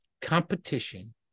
competition